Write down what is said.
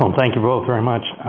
um thank you both very much.